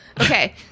Okay